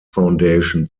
foundation